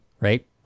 right